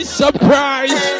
surprise